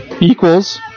Equals